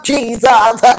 Jesus